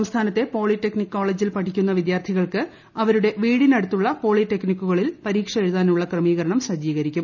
സംസ്ഥാനത്തെ പോളിടെക്നിക്ക് കോളേജിൽ പഠിക്കുന്ന വിദ്യാർത്ഥികൾക്ക് അവരുടെ വീടിനടുത്തുള്ള പോളിടെക്നിക്കുകളിൽ പരീക്ഷ എഴുതാനുള്ള ക്രമീകരണം സജ്ജീകരിക്കും